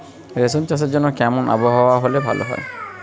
রেশম চাষের জন্য কেমন আবহাওয়া হাওয়া হলে ভালো?